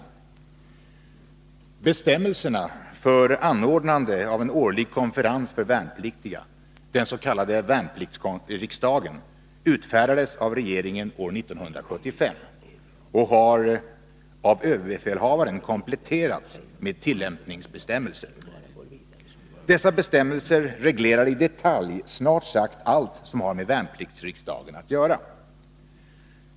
17 Bestämmelserna för anordnande av en årlig konferens för värnpliktiga, den s.k. värnpliktsriksdagen, utfärdades av regeringen år 1975, och har av överbefälhavaren kompletterats med tillämpningsbestämmelser. Dessa bestämmelser reglerar i detalj snart sagt allt som har med värnpliktsriksdagen att göra.